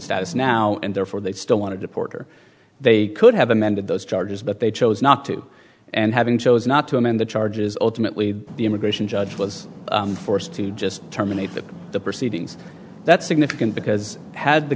status now and therefore they still want to deport or they could have amended those charges but they chose not to and having chose not to amend the charges ultimately the immigration judge was forced to just terminate the proceedings that's significant because had the